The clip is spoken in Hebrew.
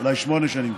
אולי שמונה שנים.